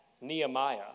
Nehemiah